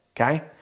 okay